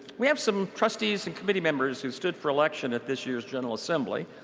we have some trustees and committee members who stood for election at this year's general assembly.